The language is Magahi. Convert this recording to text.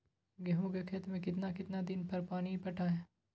गेंहू के खेत मे कितना कितना दिन पर पानी पटाये?